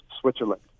Switzerland